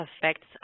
affects